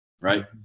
Right